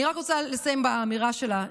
אני רק רוצה לסיים באמירה שלה,